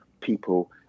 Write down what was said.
people